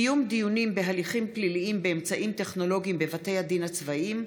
(קיום דיונים בהליכים פליליים באמצעים טכנולוגיים בבתי הדין הצבאיים),